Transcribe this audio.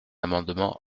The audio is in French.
amendement